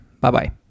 Bye-bye